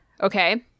Okay